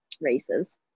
races